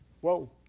Whoa